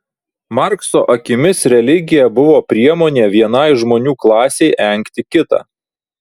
markso akimis religija buvo priemonė vienai žmonių klasei engti kitą